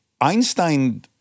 Einstein